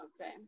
Okay